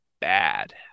bad